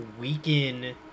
weaken